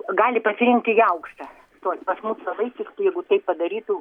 gali pasirinkti į aukštą stot pas mus labai tiktų jeigu taip padarytų